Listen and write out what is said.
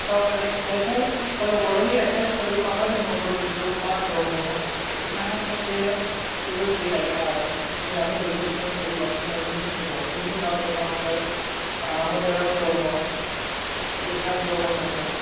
अ बे राइटार अ बर'नि राइटार हिसाबै माबा दङ बजेन्द्र कुमार ब्रह्म बिथाङा सासे जोबोद गिदिद राइटार होननानै बयबो सिनायखायो बेनि उनाव दङ आरो मदिराम ब्रह्म रुपनाथ ब्रह्म दङ